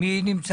אבו וילן,